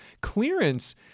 clearance –